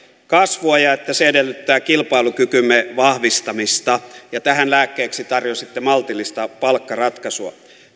kasvua ja että se edellyttää kilpailukykymme vahvistamista ja tähän lääkkeeksi tarjositte maltillisia palkkaratkaisuja